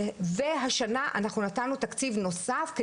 והשנה אנחנו נתנו תקציב נוסף,